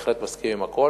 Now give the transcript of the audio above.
בהחלט מסכים עם הכול.